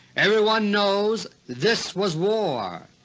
everyone knows this was war.